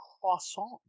Croissant